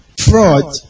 fraud